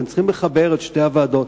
כאן צריכים לחבר את שתי הוועדות,